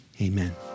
Amen